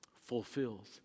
fulfills